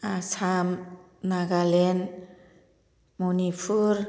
Assam Nagaland Manipur